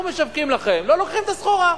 אנחנו משווקים לכם, לא לוקחים את הסחורה.